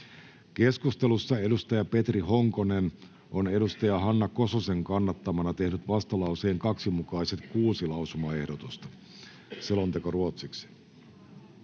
Keskustelussa Petri Honkonen on Hanna Kososen kannattamana tehnyt vastalauseen 2 mukaiset kuusi lausumaehdotusta. Ainoaan